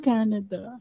Canada